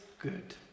good